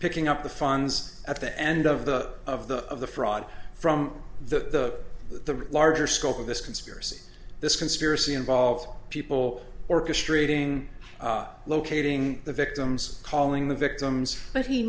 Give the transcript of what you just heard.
picking up the funds at the end of the of the of the fraud from the the larger scope of this conspiracy this conspiracy involved people orchestrating locating the victims calling the victims but he